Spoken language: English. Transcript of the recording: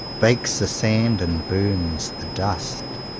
bakes the sand, and burns the dust.